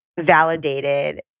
validated